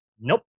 Nope